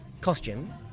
costume